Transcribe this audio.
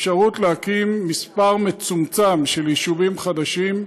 אפשרות להקים מספר מצומצם של יישובים חדשים.